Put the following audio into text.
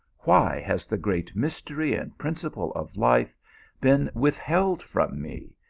why has the great mys tery and principle of life been withheld from me,